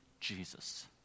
Jesus